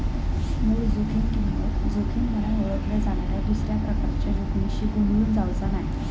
मूळ जोखीम किंमत जोखीम म्हनान ओळखल्या जाणाऱ्या दुसऱ्या प्रकारच्या जोखमीशी गोंधळून जावचा नाय